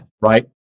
Right